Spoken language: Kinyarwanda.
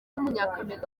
w’umunyakameruni